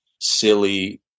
silly